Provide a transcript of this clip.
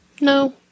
No